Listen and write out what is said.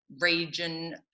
region